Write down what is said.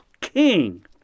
king